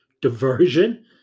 diversion